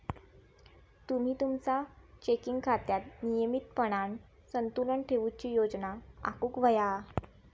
तुम्ही तुमचा चेकिंग खात्यात नियमितपणान संतुलन ठेवूची योजना आखुक व्हया